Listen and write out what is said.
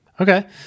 Okay